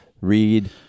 read